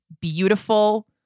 beautiful